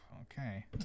okay